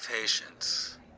patience